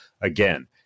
again